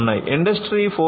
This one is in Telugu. ఇండస్ట్రీ 4